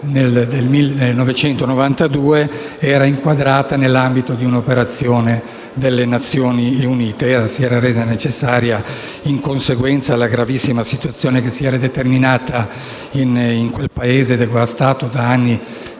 1992 e inquadrata nell'ambito di un'operazione delle Nazioni Unite, che si era resa necessaria in conseguenza della gravissima situazione determinata in quel Paese, devastato da anni di